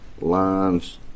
lines